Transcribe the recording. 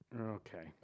okay